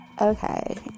okay